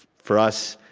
for us,